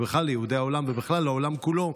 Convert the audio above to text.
ובכלל ליהודי העולם ולעולם כולו,